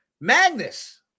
Magnus